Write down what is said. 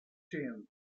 team